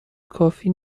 کافی